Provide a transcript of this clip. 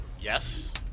Yes